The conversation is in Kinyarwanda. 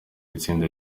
itsinda